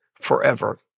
forever